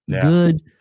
good